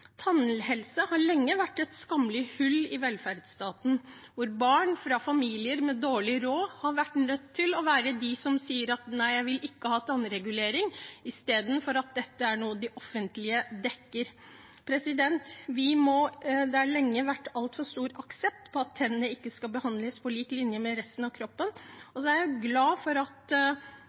har lenge vært et skammelig hull i velferdsstaten, hvor barn fra familier med dårlig råd har vært nødt til å være de som sier at nei, jeg vil ikke ha tannregulering – istedenfor at dette er noe det offentlige dekker. Det har lenge vært altfor stor aksept for at tennene ikke skal behandles på lik linje med resten av kroppen. Jeg er glad for at